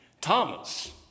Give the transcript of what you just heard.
Thomas